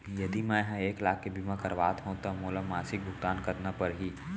यदि मैं ह एक लाख के बीमा करवात हो त मोला मासिक भुगतान कतना पड़ही?